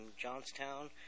Johnstown